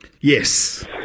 Yes